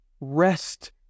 rest